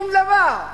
שום דבר.